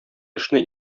эшне